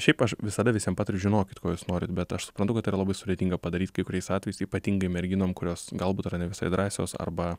šiaip aš visada visiem patariu žinokit ko jūs norit bet aš suprantu kad tai yra labai sudėtinga padaryt kai kuriais atvejais ypatingai merginom kurios galbūt yra ne visai drąsios arba